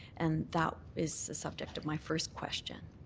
and that is the subject of my first question.